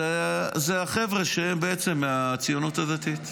אלה החבר'ה מהציונות הדתית,